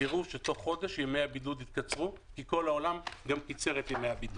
תראו שתוך חודש ימי הבידוד יתקצרו כי כל העולם גם קיצר את ימי הבידוד.